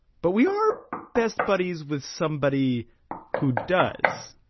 but we are best buddies with somebody who does,